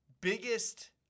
biggest